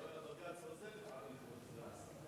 אז הבג"ץ עוזר לפעמים, כבוד סגן השר.